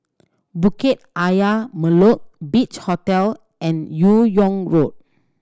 Bukit Ayer Molek Beach Hotel and Yong Road